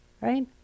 right